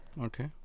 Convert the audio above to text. okay